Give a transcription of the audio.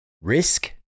risk